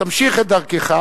תמשיך את דרכך.